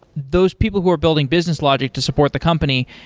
those people who are building business logic to support the company,